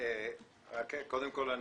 קודם כול,